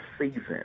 season